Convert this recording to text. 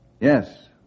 Yes